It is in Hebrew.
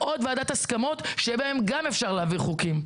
עוד ועדת הסכמות שגם בה אפשר להביא חוקים.